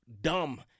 dumb